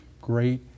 great